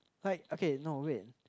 quite okay no wait